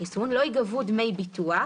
החיסון) לא ייגבו דמי ביטוח,